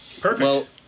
Perfect